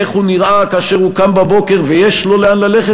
איך הוא נראה כאשר הוא קם בבוקר ויש לו לאן ללכת,